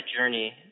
journey